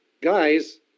guys